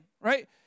right